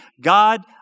God